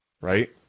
right